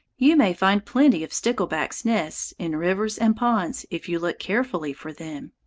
you may find plenty of stickleback's nests in rivers and ponds, if you look carefully for them.